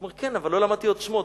אומר: כן, אבל לא למדתי עוד שמות.